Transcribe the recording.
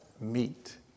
meet